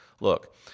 Look